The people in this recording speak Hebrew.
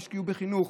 והשקיעו בחינוך,